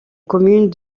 commune